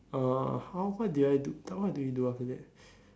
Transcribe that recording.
uh how what did I do what we do after that